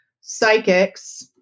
psychics